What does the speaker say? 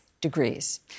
degrees